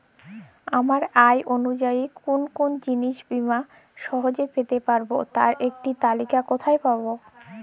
আমার আয় অনুযায়ী কোন কোন জীবন বীমা সহজে পেতে পারব তার একটি তালিকা কোথায় পাবো?